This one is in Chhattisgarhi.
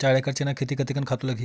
चार एकड़ चना के खेती कतेकन खातु लगही?